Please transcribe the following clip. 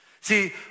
See